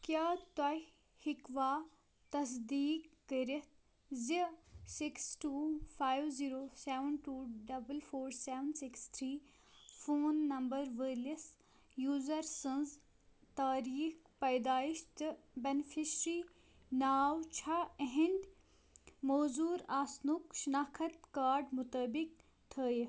کیٛاہ تُہۍ ہیٚکوا تصدیٖق کٔرِتھ زِ six two five zero seven two double four seven six three phone number وٲلِس یوزَر سٕنٛز تاریٖخ پیدٲئش تہٕ بیٚنِفشری ناو چھا اہنٛدِ معذوٗر آسنُک شِناخت کارڈ مُطٲبق تھٲیِتھ